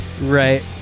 Right